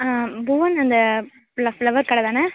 புவன் அந்த ஃப்ள ஃப்ளவர் கடை தானே